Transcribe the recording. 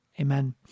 Amen